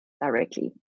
directly